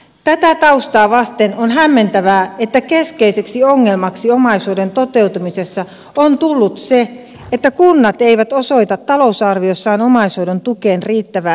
tätä taustaa vasten on hämmentävää että keskeiseksi ongelmaksi omaishoidon toteutumisessa on tullut se että kunnat eivät osoita talousarviossaan omaishoidon tukeen riittäviä määrärahoja